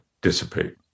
dissipate